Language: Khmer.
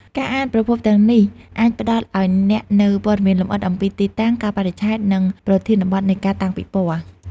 ការអានប្រភពទាំងនេះអាចផ្តល់ឲ្យអ្នកនូវព័ត៌មានលម្អិតអំពីទីតាំង កាលបរិច្ឆេទ និងប្រធានបទនៃការតាំងពិពណ៌។